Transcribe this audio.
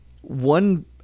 One